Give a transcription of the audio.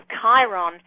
Chiron